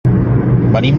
venim